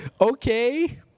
okay